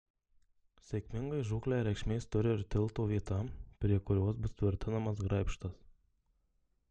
sėkmingai žūklei reikšmės turi ir tilto vieta prie kurios bus tvirtinamas graibštas